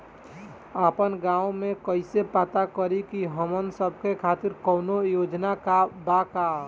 आपन गाँव म कइसे पता करि की हमन सब के खातिर कौनो योजना बा का?